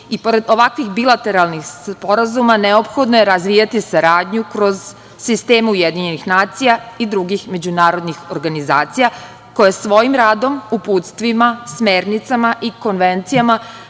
i pored ovakvih bilateralnih sporazuma, neophodno je razvijati saradnju kroz sisteme UN i drugih međunarodnih organizacija, koje svojim radom, uputstvima, smernicama i konvencijama